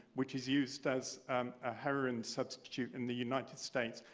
which is used as a heroin substitute in the united states.